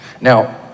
Now